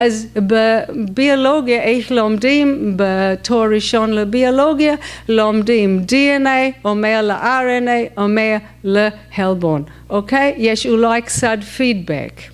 אז בביולוגיה איך לומדים? בתואר ראשון לביולוגיה לומדים DNA אומר ל-RNA אומר לחלבון, אוקיי? יש אולי קצת פידבק.